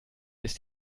ist